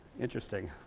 interesting.